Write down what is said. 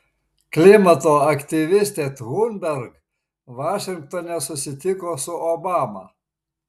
klimato aktyvistė thunberg vašingtone susitiko su obama